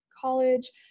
college